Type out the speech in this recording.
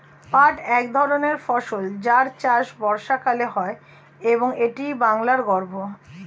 পাট এক ধরনের ফসল যার চাষ বর্ষাকালে হয় এবং এটি বাংলার গর্ব